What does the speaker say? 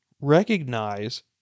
recognize